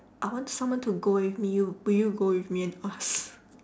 I want someone to go with me you will you go with me and ask